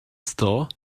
store